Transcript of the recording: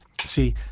See